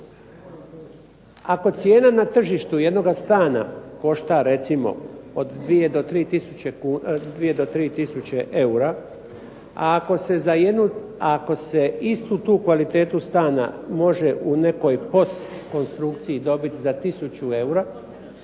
Ako cijena na tržištu jednoga stana košta recimo od 2 do 3 tisuće eura, a ako se istu tu kvalitetu stana može u nekoj postkonstrukciji dobiti za tisuću eura,